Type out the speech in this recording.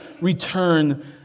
return